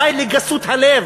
די לגסות הלב.